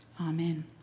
Amen